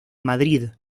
madrid